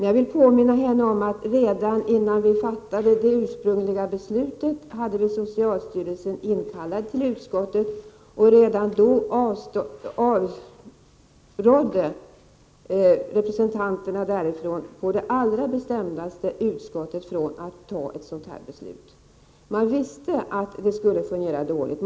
Jag vill dock påminna henne om att redan innan vi fattade det ursprungliga beslutet hade vi socialstyrelsen inkallad till utskottet, och redan då avrådde representanterna därifrån på det allra bestämdaste utskottet från att ta ett sådant beslut. Man visste att det skulle fungera dåligt.